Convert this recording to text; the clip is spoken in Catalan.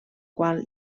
qual